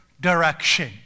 direction